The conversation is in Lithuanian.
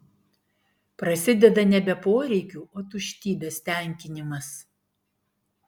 prasideda nebe poreikių o tuštybės tenkinimas